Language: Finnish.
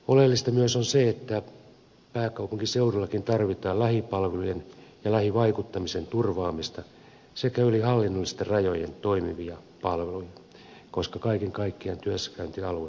oleellista on myös se että pääkaupunkiseudullakin tarvitaan lähipalvelujen ja lähivaikuttamisen turvaamista sekä yli hallinnollisten rajojen toimivia palveluja koska kaiken kaikkiaan työssäkäyntialue on hyvin laaja